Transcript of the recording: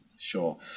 Sure